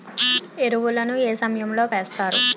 ఎరువుల ను ఏ సమయం లో వేస్తారు?